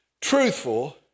truthful